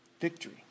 Victory